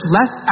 Less